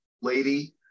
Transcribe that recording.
lady